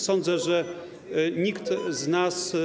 Sądzę, że nikt z nas